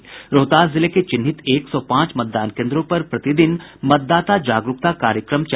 रोहतास जिले के चिन्हित एक सौ पांच मतदान केन्द्रों पर प्रतिदिन मतदाता जागरूकता कार्यक्रम चलाया जायेगा